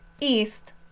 east